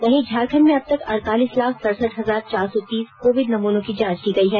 वहीं झारखंड में अबतक अडतालीस लाख सढसठ हजार चार सौ तीस कोविड नमुनों की जांच की गई है